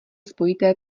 spojité